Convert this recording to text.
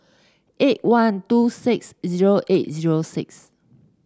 eight one two six zero eight zero six